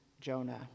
Jonah